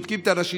בודקים את האנשים,